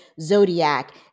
zodiac